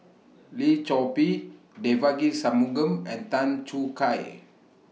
Lim Chor Pee Devagi Sanmugam and Tan Choo Kai